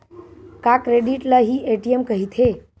का क्रेडिट ल हि ए.टी.एम कहिथे?